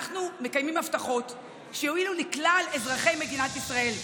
אנחנו מקיימים הבטחות שיועילו לכלל אזרחי מדינת ישראל.